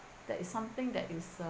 that is something that is uh